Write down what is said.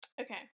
Okay